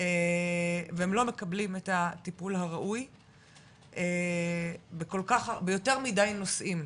והם לא מקבלים את הטיפול הראוי ביותר מידי נושאים,